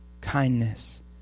kindness